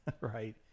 right